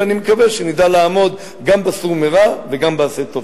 ואני מקווה שנדע לעמוד גם ב "סור מרע" וגם ב "עשה טוב".